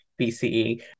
BCE